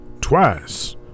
twice